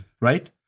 right